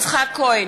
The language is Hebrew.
יצחק כהן,